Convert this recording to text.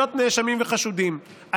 זכויות נאשמים וחשודים.